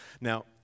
Now